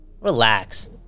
Relax